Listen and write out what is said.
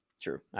True